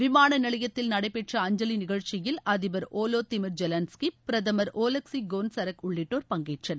விமான நிலையத்தில் நடைபெற்ற அஞ்சலி நிகழ்ச்சியில் அதிபர் ஒலோ திமிர் ஜெலன்ஸ்கி பிரதமர் ஒலக்ஸி கோன்சரக் உள்ளிட்டோர் பங்கேற்றனர்